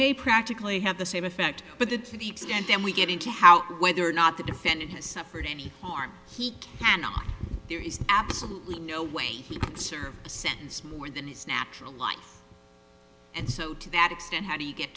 may practically have the same effect but it's a deep and then we get into how whether or not the defendant has suffered any harm he cannot there is absolutely no way he acts or sentence more than his natural life and so to that extent how do you get